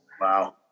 Wow